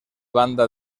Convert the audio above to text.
banda